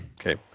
Okay